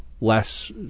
less